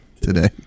today